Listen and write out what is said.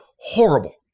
Horrible